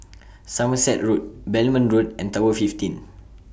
Somerset Road Belmont Road and Tower fifteen